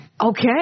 okay